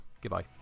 Goodbye